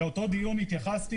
באותו דיון התייחסתי,